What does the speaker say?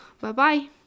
Bye-bye